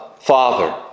Father